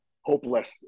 hopeless